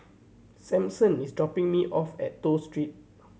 Samson is dropping me off at Toh Street